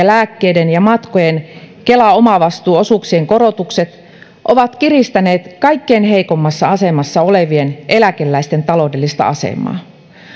lääkkeiden ja matkojen kela omavastuuosuuksien korotukset ovat kiristäneet kaikkein heikoimmassa asemassa olevien eläkeläisten taloudellista asemaa